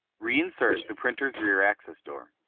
reinsert the printer's rear access door.